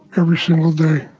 every single day.